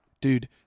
dude